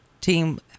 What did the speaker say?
team